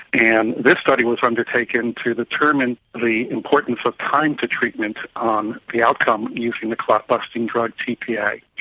and this study was undertaken to determine the importance of time to treatment on the outcome using the clot busting drug tpa.